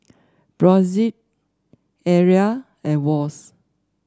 Brotzeit Arai and Wall's